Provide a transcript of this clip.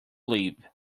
leave